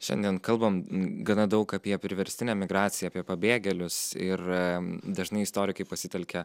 šiandien kalbam gana daug apie priverstinę emigraciją apie pabėgėlius ir dažnai istorikai pasitelkia